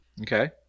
Okay